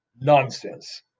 Nonsense